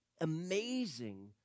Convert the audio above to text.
amazing